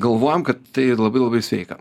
galvojame kad tai labai labai sveika